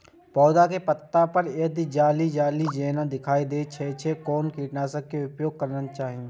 पोधा के पत्ता पर यदि जाली जाली जेना दिखाई दै छै छै कोन कीटनाशक के प्रयोग करना चाही?